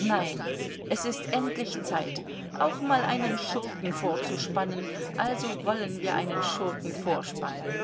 nein es ist endlich zeit auch mal einen schurken vorzuspannen also wollen wir einen schurken vorspannen